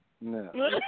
No